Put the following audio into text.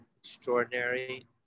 extraordinary